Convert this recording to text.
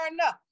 enough